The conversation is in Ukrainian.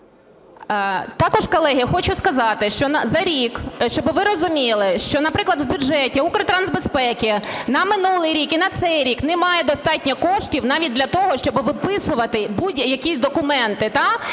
Також, колеги, хочу сказати, що за рік, щоб ви розуміли… Що, наприклад, в бюджеті Укртрансбезпеки на минулий рік і на цей рік немає достатньо коштів навіть для того, щоб виписувати будь-які документи.